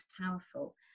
powerful